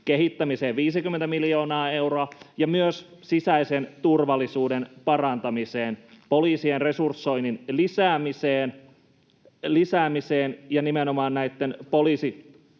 kehittämiseen 50 miljoonaa euroa, ja myös sisäisen turvallisuuden parantamiseen, poliisien resursoinnin lisäämiseen ja nimenomaan näitten Poliisiammattikorkeakoulun